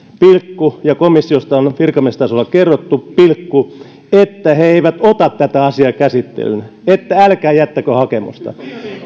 ja komissiosta on virkamiestasolla kerrottu että he eivät ota tätä asiaa käsittelyyn että älkää jättäkö hakemusta